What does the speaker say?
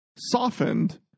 softened